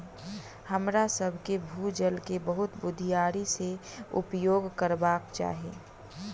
हमरासभ के भू जल के बहुत बुधियारी से उपयोग करबाक चाही